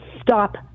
stop